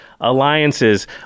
alliances